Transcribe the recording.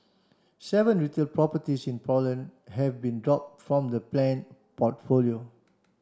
seven retail properties in Poland have been dropped from the planned portfolio